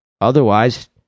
otherwise